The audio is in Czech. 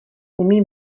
umí